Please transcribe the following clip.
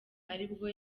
aribwo